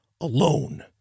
alone